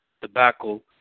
tobacco